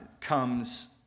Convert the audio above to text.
comes